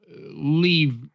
Leave